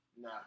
Nah